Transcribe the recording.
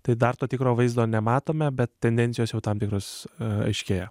tai dar to tikro vaizdo nematome bet tendencijos jau tam tikros aiškėja